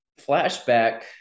flashback